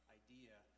idea